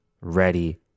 ready